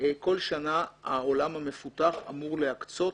כל שנה העולם המפותח אמור להקצות